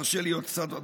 תרשה לי עוד קצת,